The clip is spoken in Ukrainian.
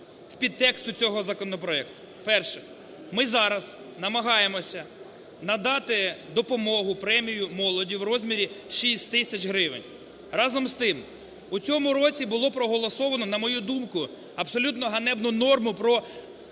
з підтексту цього законопроекту. Перше. Ми зараз намагаємося надати допомогу, премію молоді в розмірі 6 тисяч гривень. Разом з тим, у цьому році булопроголосовано, на мою думку, абсолютно ганебну норму про